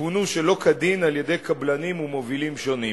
שפונו שלא כדין על-ידי קבלנים ומובילים שונים.